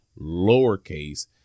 lowercase